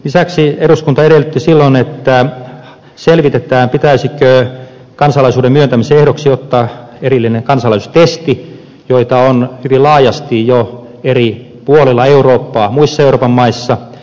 lisäksi eduskunta edellytti silloin että selvitetään pitäisikö kansalaisuuden myöntämisen ehdoksi ottaa erillinen kansalaisuustesti joita on hyvin laajasti jo eri puolilla eurooppaa muissa euroopan maissa